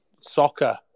soccer